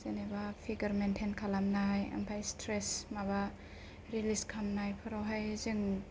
जेनोबा पिगार मेन्टेन खालामनाय ओमफ्राय स्ट्रेस माबा रिलिस खालामनाय फोरावहाय जेनो